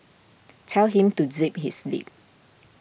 tell him to zip his lip